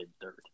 dirt